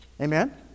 Amen